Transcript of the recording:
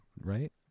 right